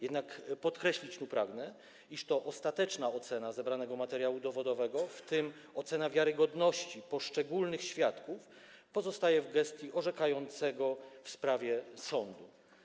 Jednak pragnę tu podkreślić, iż ostateczna ocena zebranego materiału dowodowego, w tym ocena wiarygodności poszczególnych świadków, pozostaje w gestii orzekającego w sprawie sądu.